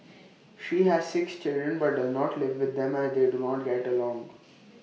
she has six children but does not live with them as they do not get along